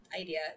idea